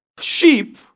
Sheep